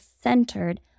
centered